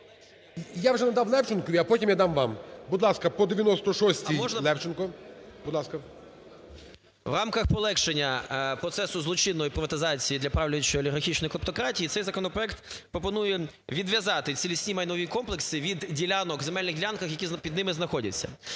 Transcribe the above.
Я вже надав Левченку, а потім я дам вам. Будь ласка, по 96-йЛевченко. Будь ласка. 13:45:05 ЛЕВЧЕНКО Ю.В. В рамках полегшення процесу злочинної приватизації для правлячої олігархічноїклептократії цей законопроект пропонує відв'язати цілісні майнові комплекси від ділянок, земельних ділянок, які під ними знаходяться.